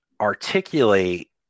articulate